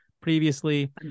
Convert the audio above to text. previously